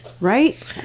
right